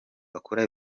bakora